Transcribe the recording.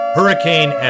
Hurricane